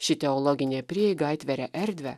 ši teologinė prieiga atveria erdvę